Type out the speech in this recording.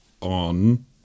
on